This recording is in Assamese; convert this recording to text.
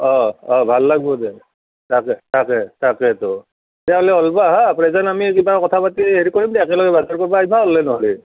অ অ ভাল লাগিব দে তাকে তাকে তাকেতো তেনেহ'লে ওলবা হা প্ৰেজেণ্ট আমি কিবা কথা পাতি হেৰি কৰিম দে একেলগে